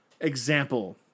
example